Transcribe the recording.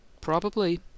Probably